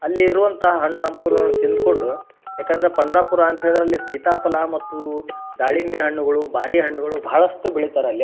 ಅಲ್ಲಿ ಇರುವಂಥಾ ಹಣ್ಣು ಹಂಪಲುನ ತಿಂದ್ಕೊಂಡು ಏಕಂದರೆ ಪಂಡರಾಪುರ ಅಂತ ಹೇಳಿದ್ರಲ್ಲಿ ಸೀತಾಫಲ ಮತ್ತು ದಾಳಿಂಬೆ ಹಣ್ಣುಗಳು ಭಾರಿ ಹಣ್ಣುಗಳು ಭಾಳಷ್ಟು ಬೆಳಿತಾರ ಅಲ್ಲಿ